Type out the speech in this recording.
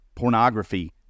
pornography